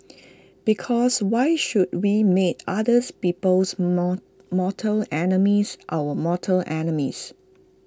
because why should we make others people's more mortal enemies our mortal enemies